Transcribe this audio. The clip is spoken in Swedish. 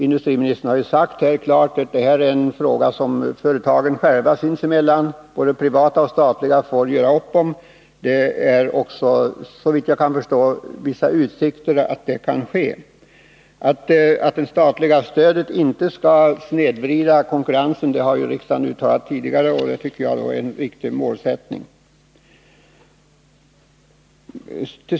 Industriministern har helt klart sagt att det här är en fråga som företagen själva, både privata och statliga, sinsemellan får göra upp om. Såvitt jag kan förstå finns det också vissa utsikter att så kan ske. Att det statliga stödet inte skall snedvrida konkurrensen har riksdagen uttalat tidigare, och det tycker jag är en riktig målsättning.